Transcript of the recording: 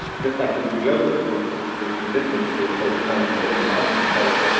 just like babesiosis, which there's resistance to atovaquone and zithromycin. so,